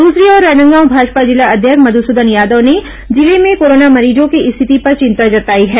दसरी ओर राजनांदगांव भाजपा जिला अध्यक्ष मधसदन यादव ने जिले में कोरोना मरीजों की स्थिति पर चिंता जताई है